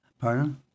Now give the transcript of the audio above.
Pardon